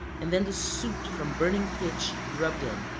and then the soot from burning pitch rubbed in.